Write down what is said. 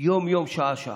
יום-יום ושעה-שעה?